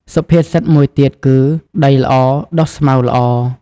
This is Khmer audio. សុភាសិតមួយទៀតគឺ "ដីល្អ ដុះស្មៅល្អ"